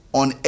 on